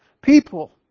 people